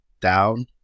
down